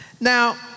Now